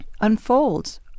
unfolds